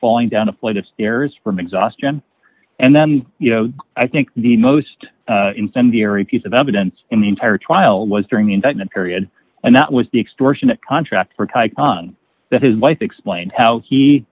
falling down a flight of stairs from exhaustion and then you know i think the most incendiary piece of evidence in the entire trial was during the indictment period and that was the explosion a contract for thai kong that his wife explained how he